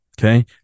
Okay